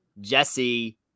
Jesse